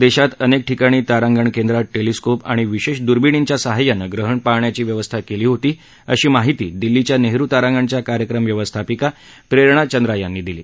देशात अनेक ठिकाणी तारागंण केंद्रात टेलिस्कोप आणि विशेष दूर्बिणींच्या सहाय्यानं ग्रहण बघण्याची व्यवस्था केली होती अशी माहिती दिल्लीच्या नेहरू तारांगणच्या कार्यक्रम व्यवस्थापिका प्रेरणा चंद्रा यांनी दिली